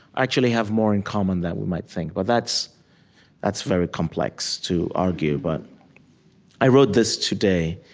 actually have more in common than we might think. but that's that's very complex to argue but i wrote this today,